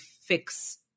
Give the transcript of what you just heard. fix